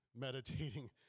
meditating